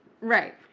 right